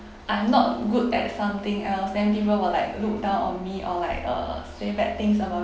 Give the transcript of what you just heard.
I'm not good at something else then people will like look down on me or like uh say bad things about